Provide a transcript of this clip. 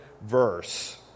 Verse